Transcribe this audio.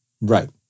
right